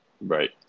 Right